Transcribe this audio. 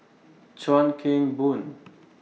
Chuan Keng Boon